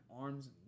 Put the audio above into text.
arms